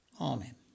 Amen